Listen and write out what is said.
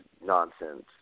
nonsense